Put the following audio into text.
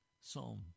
Psalm